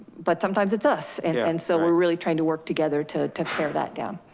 but sometimes it's us. and and so we're really trying to work together to to pair that down.